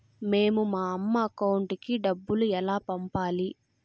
మేము మా అమ్మ అకౌంట్ కి డబ్బులు ఎలా పంపాలి